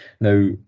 Now